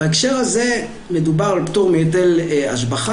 בהקשר הזה מדובר על פטור מהיטל השבחה,